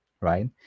right